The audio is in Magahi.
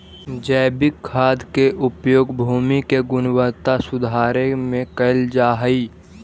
जैविक खाद के उपयोग भूमि के गुणवत्ता सुधारे में कैल जा हई